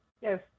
Yes